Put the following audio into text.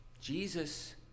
Jesus